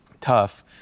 tough